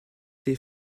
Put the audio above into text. ses